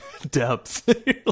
depths